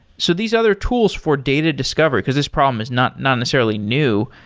so these other tools for data discovery because this problem is not not necessarily new,